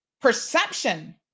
perception